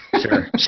Sure